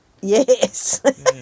yes